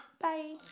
Bye